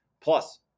Plus